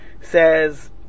says